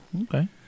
okay